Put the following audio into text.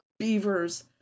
beavers